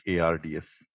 ARDS